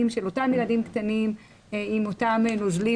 של אותם ילדים קטנים עם אותם נוזלים,